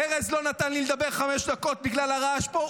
ארז לא נתן לי לדבר חמש דקות בגלל הרעש פה.